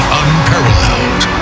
unparalleled